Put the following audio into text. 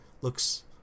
looks